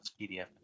PDF